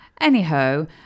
Anyhow